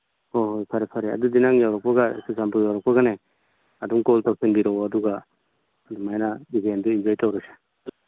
ꯍꯣꯍꯣꯏ ꯐꯔꯦ ꯑꯗꯨꯗꯤ ꯅꯪ ꯌꯧꯔꯛꯄꯒ ꯆꯨꯔꯥꯆꯥꯟꯄꯨꯔ ꯌꯧꯔꯛꯄꯒꯅꯦ ꯑꯗꯨꯝ ꯀꯣꯜ ꯇꯧꯁꯤꯟꯕꯤꯔꯛꯑꯣ ꯑꯗꯨꯒ ꯑꯗꯨꯃꯥꯏꯅ ꯏꯚꯦꯟꯗꯨ ꯑꯦꯟꯖꯣꯏ ꯇꯧꯔꯁꯤ